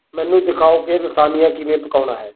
ਮੈਨੂੰ ਦਿਖਾਓ ਕਿ ਲਸਾਨੀਆ ਕਿਵੇਂ ਪਕਾਉਣਾ ਹੈ